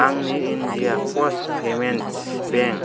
आंनि India post payments bank